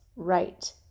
Right